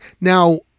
Now